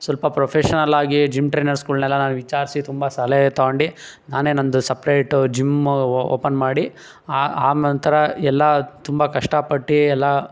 ಸ್ವಲ್ಪ ಪ್ರೊಫೆಷನಲ್ ಆಗಿ ಜಿಮ್ ಟ್ರೈನರ್ಸ್ಗಳ್ನೆಲ್ಲ ನಾನು ವಿಚಾರಿಸಿ ತುಂಬ ಸಲಹೆ ತಗೊಂಡಿ ನಾನೇ ನಂದು ಸಪ್ರೇಟ್ ಜಿಮ್ ಓಪನ್ ಮಾಡಿ ಆ ಆ ನಂತರ ಎಲ್ಲ ತುಂಬ ಕಷ್ಟಪಟ್ಟು ಎಲ್ಲ